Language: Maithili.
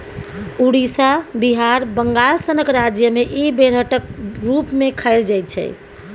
उड़ीसा, बिहार, बंगाल सनक राज्य मे इ बेरहटक रुप मे खाएल जाइ छै